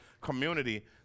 community—